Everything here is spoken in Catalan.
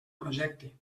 projecte